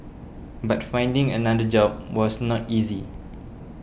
but finding another job was not easy